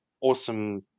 awesome